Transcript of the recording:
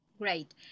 Great